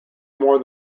more